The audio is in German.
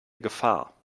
gefahr